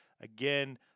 Again